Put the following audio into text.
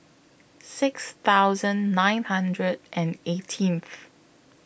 six thousand nine hundred and eighteenth